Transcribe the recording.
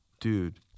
Dude